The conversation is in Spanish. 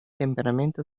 temperamento